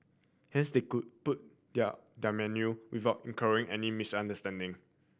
hence they could put their menu without incurring any misunderstanding